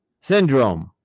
syndrome